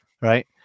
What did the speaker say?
right